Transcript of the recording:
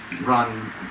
run